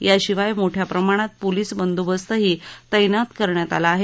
याशिवाय मोठ्या प्रमाणात पोलीस बंदोबस्तही तैनात करण्यात आला आहे